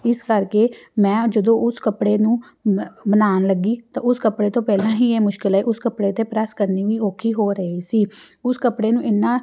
ਇਸ ਕਰਕੇ ਮੈਂ ਜਦੋਂ ਉਸ ਕੱਪੜੇ ਨੂੰ ਮੈਂ ਬਣਾਉਣ ਲੱਗੀ ਤਾਂ ਉਸ ਕੱਪੜੇ ਤੋਂ ਪਹਿਲਾਂ ਹੀ ਇਹ ਮੁਸ਼ਕਿਲ ਆਈ ਉਸ ਕੱਪੜੇ ਤੇ' ਪ੍ਰੈਸ ਕਰਨੀ ਵੀ ਔਖੀ ਹੋ ਰਹੀ ਸੀ ਉਸ ਕੱਪੜੇ ਨੂੰ ਇੰਨਾ